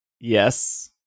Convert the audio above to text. Yes